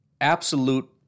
absolute